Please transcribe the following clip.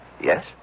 Yes